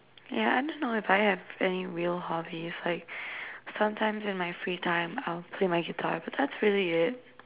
yeah I don't know if I have any real hobbies like sometimes in my free time I'll play my guitar but that's really it